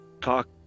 talk